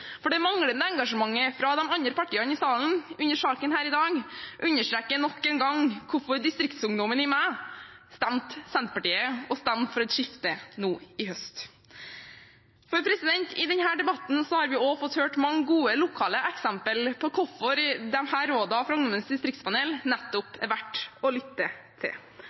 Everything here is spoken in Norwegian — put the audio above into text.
For det manglende engasjementet fra de andre partiene i salen under saken her i dag understreker nok en gang hvorfor distriktsungdommen i meg stemte Senterpartiet og stemte for et skifte nå i høst. I debatten har vi fått høre mange gode lokale eksempler på hvorfor rådene fra Ungdommens distriktspanel er verdt å lytte til